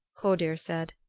hodur said.